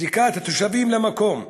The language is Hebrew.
זיקת התושבים למקום,